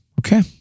Okay